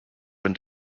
been